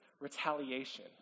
retaliation